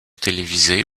télévisée